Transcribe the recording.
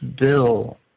bill